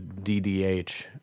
DDH